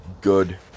good